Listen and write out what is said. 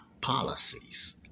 policies